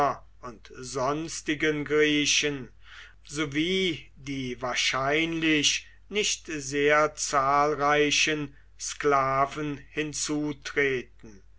und sonstigen griechen sowie die wahrscheinlich nicht sehr zahlreichen sklaven hinzutreten